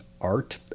art